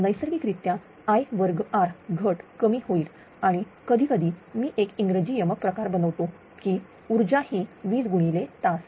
नैसर्गिकरित्या I2r घट कमी होईल आणि कधीकधी मी एक इंग्रजी यमक प्रकार बनवतो की ऊर्जा ही वीज गुणिले तास